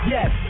Yes